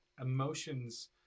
emotions